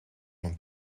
een